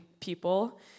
people